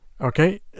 Okay